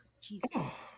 Jesus